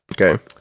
Okay